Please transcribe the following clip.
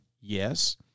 Yes